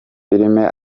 filime